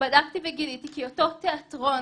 בדקתי וגיליתי, כי אותו תיאטרון